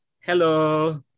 Hello